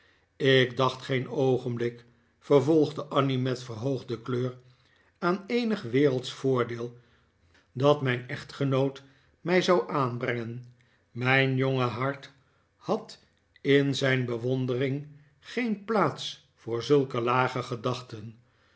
ik dacht geen oogenblik vervolgde annie met verhoogde kleur aan eenig wereldsch voordeel dat mijn echtgenoot mij zou aanbrengen mijn jonge hart had in zijn bewondering geen plaats voor zulke lage gedachten